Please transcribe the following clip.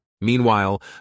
Meanwhile